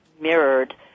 mirrored